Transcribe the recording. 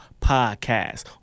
Podcast